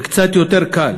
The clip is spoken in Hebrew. זה קצת יותר קל.